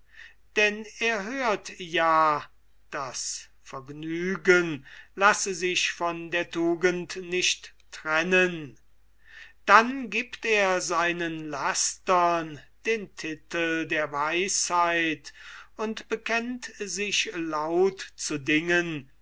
denn er hört ja das vergnügen lasse sich von der tugend nicht trennen dann gibt er seinen lastern den titel der weisheit und bekennt sich laut zu dingen